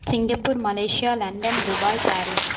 Singapore Malaysia London Dubai Paris